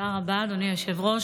תודה רבה, אדוני היושב-ראש.